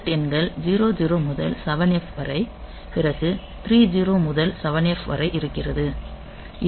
bit எண்கள் 00 முதல் 7F வரை பிறகு 30 முதல் 7F வரை இருக்கிறது